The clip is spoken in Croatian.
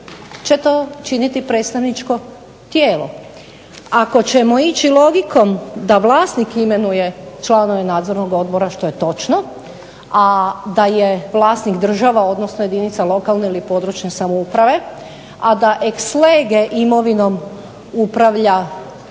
će to činiti predstavničko tijelo. Ako ćemo ići logikom da vlasnik imenuje članove nadzornog odbora, što je točno, a da je vlasnik država odnosno jedinica lokalne ili područne samouprave, a da ex lege imovinom upravlja